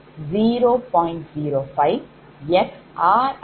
05 xri'0